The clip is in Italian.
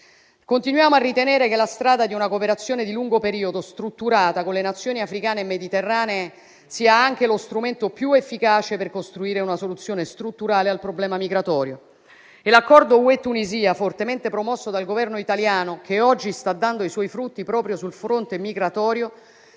Continuiamo a ritenere che la strada di una cooperazione di lungo periodo strutturata con le Nazioni africane e mediterranee sia anche lo strumento più efficace per costruire una soluzione strutturale al problema migratorio e l'accordo UE-Tunisia, fortemente promosso dal Governo italiano, che oggi sta dando i suoi frutti proprio sul fronte migratorio,